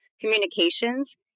communications